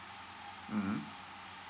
mmhmm